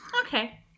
Okay